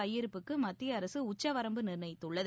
கையிருப்புக்கு மத்திய அரசு உச்சவரம்பு நிர்ணயித்துள்ளது